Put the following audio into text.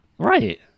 Right